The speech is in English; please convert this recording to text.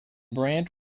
brandt